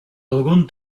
algun